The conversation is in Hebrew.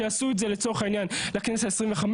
שיעשו את זה לצורך העניין לכנסת ה-25,